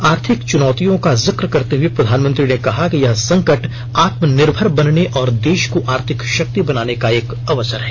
आर्थिक चुनौतियों का जिक्र करते हुए प्रधानमंत्री ने कहा कि यह संकट आत्मनिर्भर बनने और देश को आर्थिक शक्ति बनाने का एक अवसर है